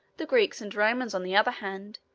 the greeks and romans, on the other hand,